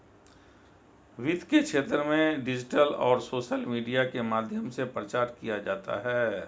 वित्त के क्षेत्र में डिजिटल और सोशल मीडिया के माध्यम से प्रचार किया जाता है